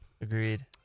Agreed